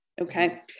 Okay